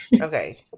Okay